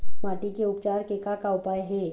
माटी के उपचार के का का उपाय हे?